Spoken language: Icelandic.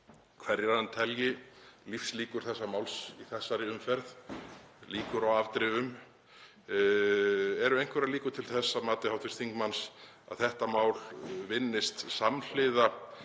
hverjar hann telji lífslíkur þessa máls í þessari umferð, líkur á framgangi. Eru einhverjar líkur til þess að mati hv. þingmanns að þetta mál vinnist samhliða